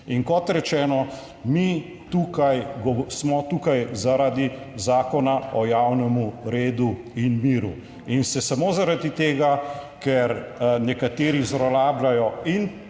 In kot rečeno, mi tukaj smo tukaj zaradi zakona o javnem redu in miru. In se samo zaradi tega ker nekateri zlorabljajo in